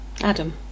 Adam